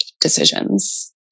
decisions